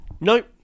Nope